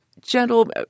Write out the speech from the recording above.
gentle